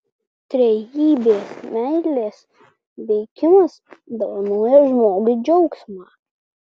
trejybės meilės veikimas dovanoja žmogui džiaugsmą